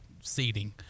seating